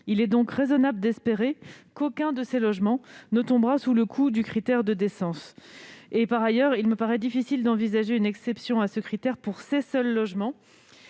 Il est donc raisonnable d'espérer qu'aucun de ces logements ne tombera sous le coup du critère de décence. Par ailleurs, il me paraît difficile d'envisager une exception à ce critère pour ces seuls logements,